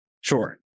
sure